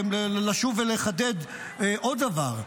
לשוב ולחדד עוד דבר.